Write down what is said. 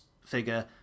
figure